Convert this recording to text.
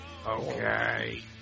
Okay